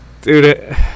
dude